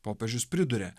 popiežius priduria